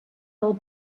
del